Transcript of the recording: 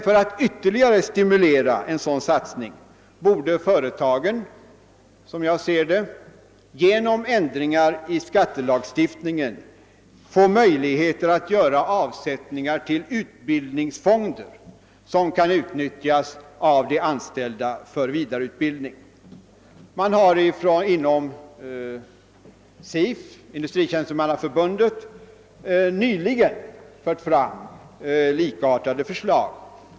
För att ytterligare stimulera en sådan satsning borde man genom ändringar i skattelagstiftningen ge företagen möjligheter att göra avsättningar till utbildningsfonder som kan utnyttjas av de anställda för vidareutbildning. Man har inom Industritjänstemannaförbundet nyligen fört fram likartade förslag.